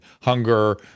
hunger